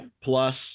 plus